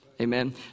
Amen